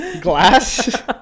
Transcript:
Glass